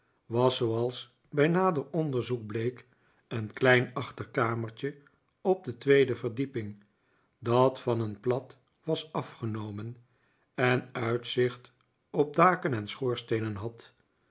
was zooals bij nader onderzoek bleek een klein achterkamertje op de tweede verdieping dat van een plat was afgenomen en uitzicht op daken en schoorsteenen had